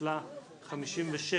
הרביזיה